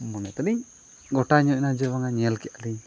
ᱢᱚᱱᱮ ᱛᱟᱞᱤᱧ ᱜᱳᱴᱟ ᱧᱚᱜ ᱮᱱᱟ ᱡᱮ ᱵᱟᱝᱟ ᱧᱮᱞ ᱠᱮᱫ ᱟᱞᱤᱧ